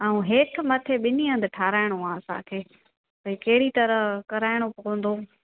ऐं हेठि मथे ॿिन ई हंधु ठाराइणो आहे असांखे भई कहिड़ी तरह कराइणो पवंदो